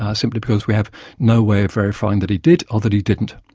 and simply because we have no way of verifying that he did or that he didn't.